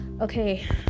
okay